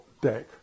deck